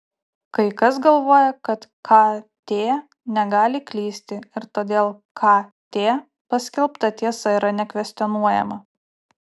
kai kas galvoja kad kt negali klysti ir todėl kt paskelbta tiesa yra nekvestionuojama